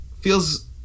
feels